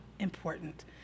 important